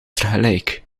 tegelijk